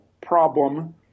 problem